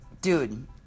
dude